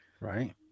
Right